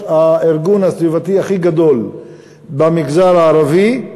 הארגון הסביבתי הכי גדול במגזר הערבי,